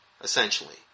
essentially